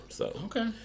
Okay